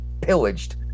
pillaged